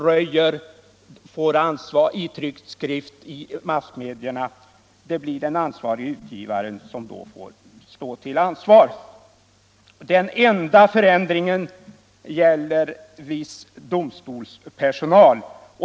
För det som röjs där får den ansvarige utgivaren stå till ansvar. Den enda förändringen gäller viss domstolspersonal.